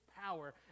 power